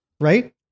Right